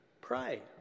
Pray